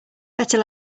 better